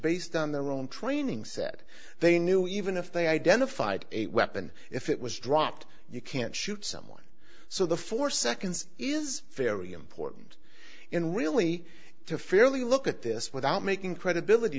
based on their own training said they knew even if they identified a weapon if it was dropped you can't shoot someone so the four seconds is fairly important in really to fairly look at this without making credibility